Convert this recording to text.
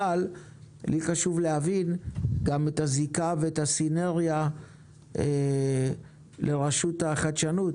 אבל חשוב לי להבין גם את הזיקה והסינרגיה לרשות החדשנות,